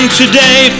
today